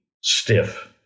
stiff